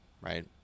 Right